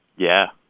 yeah.